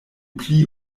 pli